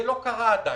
זה לא קרה עדיין.